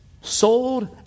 sold